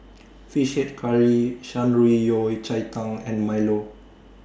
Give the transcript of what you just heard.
Fish Head Curry Shan Rui Yao Cai Tang and Milo